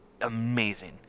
amazing